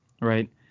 Right